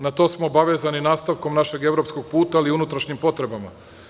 Na to smo obavezani nastavkom našeg evropskog puta, ali i unutrašnjim potrebama.